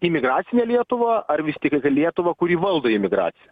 imigracinę lietuvą ar vis tik lietuvą kuri valdo imigraciją